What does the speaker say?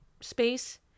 space